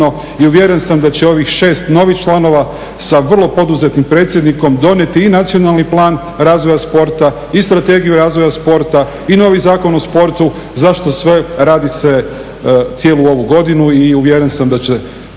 i uvjeren sam da će ovih 6 novih članova sa vrlo poduzetnim predsjednikom donijeti i nacionalni plan razvoja sporta i strategiju razvoja sporta i novi Zakon o sportu zašto sve radi cijelu ovu godinu i uvjeren sam da će